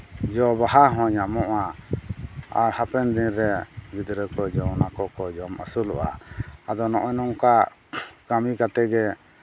ᱡᱚ ᱵᱟᱦᱟ ᱦᱚᱸ ᱧᱟᱢᱚᱜᱼᱟ ᱟᱨ ᱦᱟᱯᱮᱱ ᱫᱤᱱᱨᱮ ᱜᱤᱫᱽᱨᱟᱹ ᱠᱚ ᱡᱚᱢ ᱟᱠᱚ ᱚᱱᱟᱠᱚ ᱡᱚᱢ ᱟᱹᱥᱩᱞᱚᱜᱼᱟ ᱟᱫᱚ ᱱᱚᱜᱼᱚᱭ ᱱᱚᱝᱠᱟ ᱠᱟᱹᱢᱤ ᱠᱟᱛᱮᱜᱮ